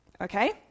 okay